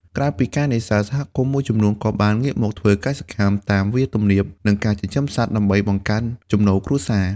ក្រៅពីការនេសាទ សហគមន៍មួយចំនួនក៏បានងាកមកធ្វើកសិកម្មតាមវាលទំនាប និងការចិញ្ចឹមសត្វដើម្បីបង្កើនចំណូលគ្រួសារ។